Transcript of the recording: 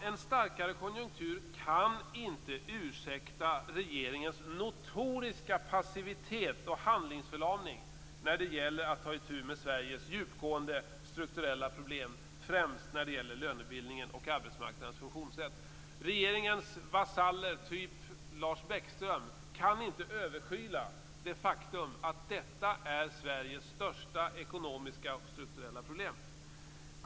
En starkare konjunktur kan inte ursäkta regeringens notoriska passivitet och handlingsförlamning när det gäller att ta itu med Sveriges djupgående strukturella problem, främst när det gäller lönebildningen och arbetsmarknadens funktionssätt. Regeringens vasaller, typ Lars Bäckström, kan inte överskyla det faktum att detta är Sveriges största ekonomiska och strukturella problem.